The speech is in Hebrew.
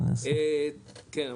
כן,